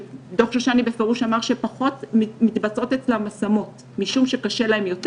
דו"ח שושני בפירוש אמר שמתבצעות אצלם פחות השמות משום שקשה להם יותר.